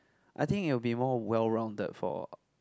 I think it will be more well rounded for